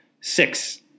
six